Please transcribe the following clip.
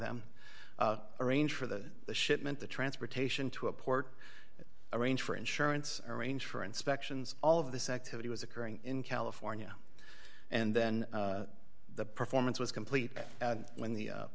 them arrange for the shipment the transportation to a port arrange for insurance arrange for inspections all of this activity was occurring in california and then the performance was complete when the